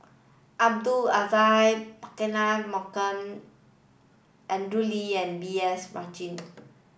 Abdul Aziz Pakkeer Mohamed Andrew Lee and B S Rajhans